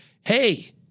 hey